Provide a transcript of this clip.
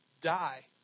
die